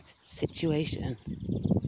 situation